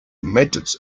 methods